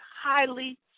highly